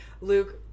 luke